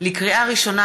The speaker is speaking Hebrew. לקריאה ראשונה,